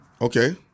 Okay